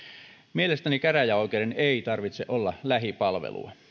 mielestäni käräjäoikeuden ei tarvitse olla lähipalvelua